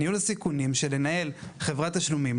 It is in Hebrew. ניהול הסיכונים בלנהל של חברת התשלומים,